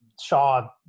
Shaw